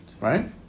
Right